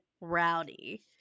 rowdy